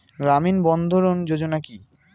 গ্রামীণ বন্ধরন যোজনা কি?